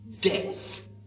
Death